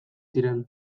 ziren